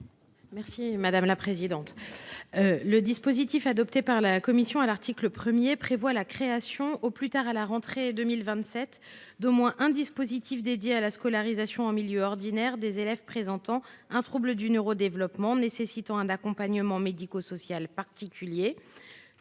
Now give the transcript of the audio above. est à Mme la rapporteure. Le dispositif adopté par la commission à l’article 1 prévoit la création, au plus tard à la rentrée 2027, d’au moins un dispositif consacré à la scolarisation en milieu ordinaire des élèves présentant un trouble du neurodéveloppement nécessitant un accompagnement médico social particulier,